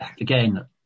Again